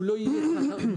הוא לא יהיה מתחרה,